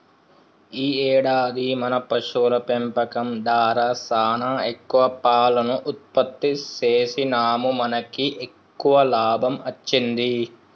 ఈ ఏడాది మన పశువుల పెంపకం దారా సానా ఎక్కువ పాలను ఉత్పత్తి సేసినాముమనకి ఎక్కువ లాభం అచ్చింది